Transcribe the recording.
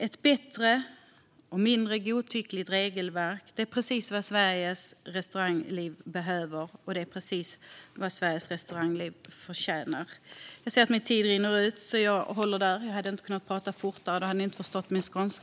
Ett bättre och mindre godtyckligt regelverk är precis vad Sveriges restaurangliv behöver, och det är precis vad Sveriges restaurangliv förtjänar. Jag ser att min talartid rinner ut, så jag stannar där. Jag hade inte kunnat prata fortare, för då hade ni inte förstått min skånska.